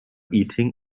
eating